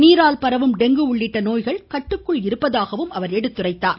நீரால் பரவும் டெங்கு உள்ளிட்ட நோய்கள் கட்டுக்குள் இருப்பதாகவும் அவர் கூறினார்